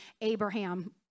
Abraham